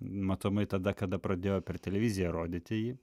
matomai tada kada pradėjo per televiziją rodyti jį